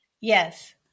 Yes